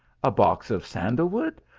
a box of sandal wood!